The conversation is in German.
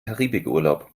karibikurlaub